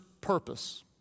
purpose